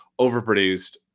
overproduced